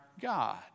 God